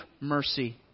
mercy